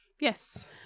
Yes